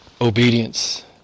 obedience